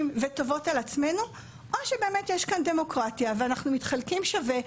וטובות על עצמנו או שבאמת יש כאן דמוקרטיה ואנחנו מתחלקים שווה,